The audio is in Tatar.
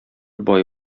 бай